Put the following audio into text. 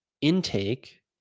intake